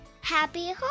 Happy